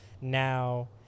Now